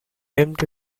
empty